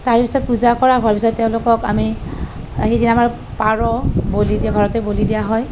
তাৰ পিছত পূজা কৰা হোৱাৰ পিছত তেওঁলোকক আমি সেইদিনা আমাৰ পাৰ বলি দিয়ে ঘৰতে বলি দিয়া হয়